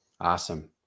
Awesome